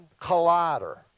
Collider